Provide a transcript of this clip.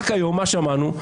רק היום, מה שמענו?